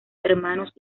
hermanos